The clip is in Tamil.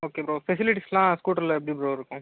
ஓகே ப்ரோ ஃபெசிலிட்டிஸ்லாம் ஸ்கூட்டரில் எப்படி ப்ரோ இருக்கும்